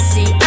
See